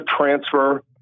transfer